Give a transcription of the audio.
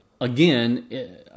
Again